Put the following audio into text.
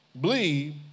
believe